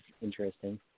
interesting